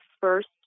first